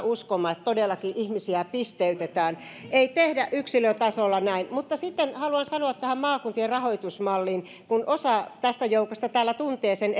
uskomaan että todellakin ihmisiä pisteytetään ei tehdä yksilötasolla näin mutta sitten haluan sanoa tästä maakuntien rahoitusmallista kun osa tästä joukosta täällä tuntee sen